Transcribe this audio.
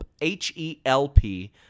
H-E-L-P